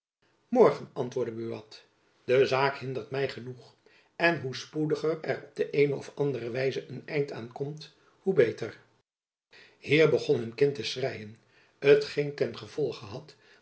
morgen antwoordde buat de zaak hindert my genoeg en hoe spoediger er op de eene of andere wijze een eind aan komt hoe beter hier begon hun kind te schreien t geen ten gevolge had